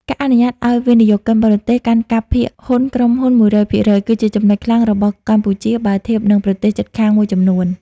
ការអនុញ្ញាតឱ្យវិនិយោគិនបរទេសកាន់កាប់ភាគហ៊ុនក្រុមហ៊ុន ១០០% គឺជាចំណុចខ្លាំងរបស់កម្ពុជាបើធៀបនឹងប្រទេសជិតខាងមួយចំនួន។